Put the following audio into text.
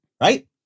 Right